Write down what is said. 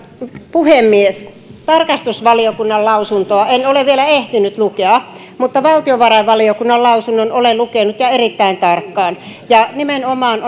puhemies tarkastusvaliokunnan lausuntoa en ole vielä ehtinyt lukea mutta valtiovarainvaliokunnan lausunnon olen lukenut ja erittäin tarkkaan ja nimenomaan